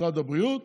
משרד הבריאות